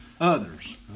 Others